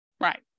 Right